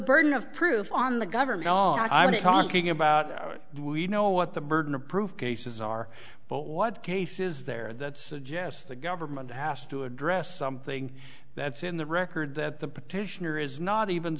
burden of proof on the government all i'm talking about we know what the burden of proof cases are but what cases there that suggest the government has to address something that's in the record that the